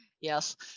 Yes